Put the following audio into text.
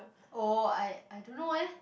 oh I I don't know eh